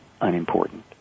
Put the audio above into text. unimportant